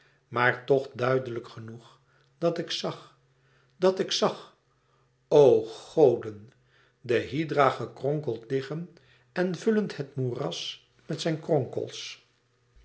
maar toch duidelijk genoeg dat ik zag dat ik zag o goden de hydra gekronkeld liggen en vullend het moeras met zijn kronkels